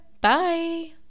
bye